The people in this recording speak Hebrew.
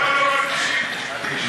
למה מרגישים פה?